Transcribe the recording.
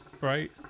right